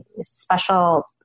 special